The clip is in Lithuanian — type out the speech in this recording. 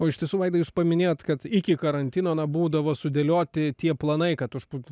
o iš tiesų vaidai jūs paminėjot kad iki karantino na būdavo sudėlioti tie planai kad už pu pu